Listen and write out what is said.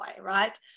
right